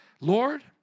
Lord